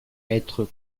être